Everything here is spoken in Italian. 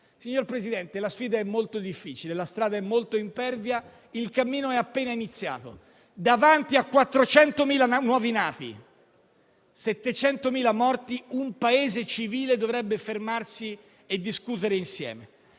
Signor Presidente, la sfida è molto difficile, la strada è molto impervia e il cammino è appena iniziato. Davanti a 400.000 nuovi nati e 700.000 morti, un Paese civile dovrebbe fermarsi e discutere insieme.